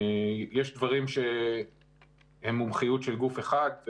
יש דברים שהם מומחיות של גוף אחד,